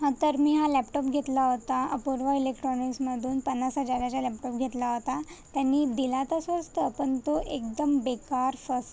हं तर मी हा लॅपटाॅप घेतला होता अपूर्वा इलेक्टाॅनिक्समधून पन्नास हजाराचा लॅपटाॅप घेतला होता त्यांनी दिला तर स्वस्त पण तो एकदम बेकार फस